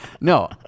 no